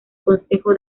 consejo